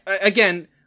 Again